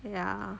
ya